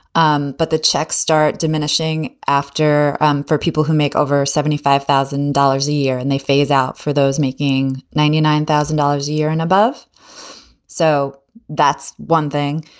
um but the checks start diminishing after for people who make over seventy five thousand dollars a year and they phase out for those making ninety nine thousand dollars a year and above so that's one thing.